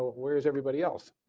where is everybody else?